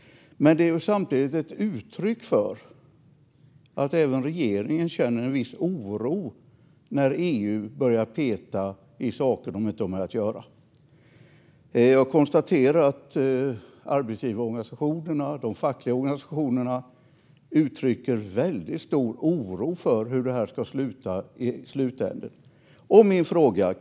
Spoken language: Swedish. Men det är samtidigt ett uttryck för att även regeringen känner en viss oro när EU börjar peta i saker de inte har med att göra. Jag konstaterar att arbetsgivarorganisationerna och de fackliga organisationerna uttrycker stor oro för hur det ska sluta.